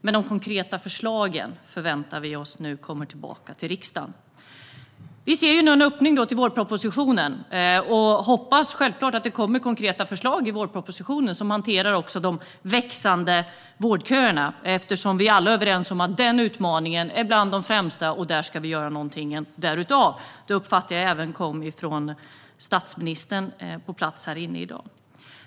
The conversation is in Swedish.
Men de konkreta förslagen förväntar vi oss nu kommer tillbaka till riksdagen. Vi ser en öppning i vårpropositionen och hoppas självklart att det kommer konkreta förslag i den som hanterar de växande vårdköerna. Vi är alla överens om att den utmaningen är bland de främsta, och det ska vi göra någonting av. Det uppfattade jag även från statsministern här inne i dag.